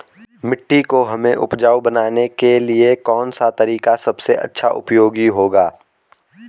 मिट्टी को हमें उपजाऊ बनाने के लिए कौन सा तरीका सबसे अच्छा उपयोगी होगा?